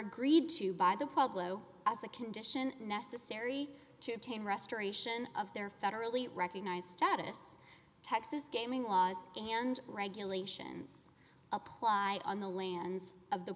agreed to by the public as a condition necessary to obtain restoration of their federally recognized status texas gaming laws and regulations apply on the lands of the